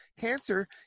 cancer